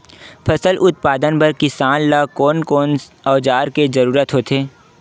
फसल उत्पादन बर किसान ला कोन कोन औजार के जरूरत होथे?